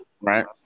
right